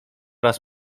raz